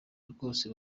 rwose